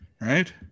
Right